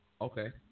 Okay